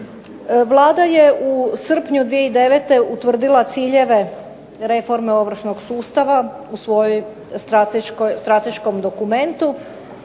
Vlada je u srpnju 2009. utvrdila ciljeve reforme ovršnog sustava, u svojoj strateškom dokumentu,